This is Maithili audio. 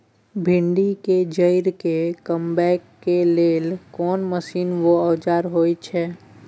भिंडी के जईर के कमबै के लेल कोन मसीन व औजार होय छै?